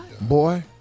Boy